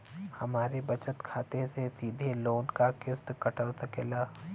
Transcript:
हमरे बचत खाते से सीधे लोन क किस्त कट सकेला का?